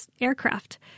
aircraft